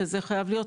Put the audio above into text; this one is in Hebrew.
וזה חייב להיות.